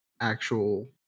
actual